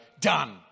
done